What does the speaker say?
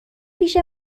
پیش